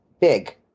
big